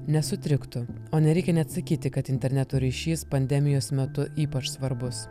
nesutriktų o nereikia net sakyti kad interneto ryšys pandemijos metu ypač svarbus